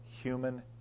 human